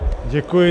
Děkuji.